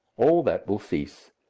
all that will cease.